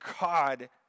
God